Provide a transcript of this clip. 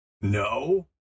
No